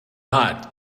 bought